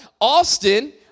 Austin